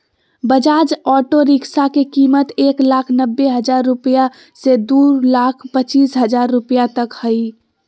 Bajaj auto rickshaw के कीमत एक लाख नब्बे हजार रुपया से दू लाख पचीस हजार रुपया तक हइ